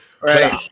Right